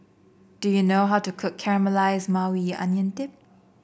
do you know how to cook Caramelized Maui Onion Dip